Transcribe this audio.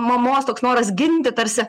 mamos toks noras ginti tarsi